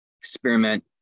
experiment